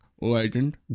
Legend